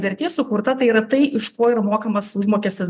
vertė sukurta tai yra tai iš ko ir mokamas užmokestis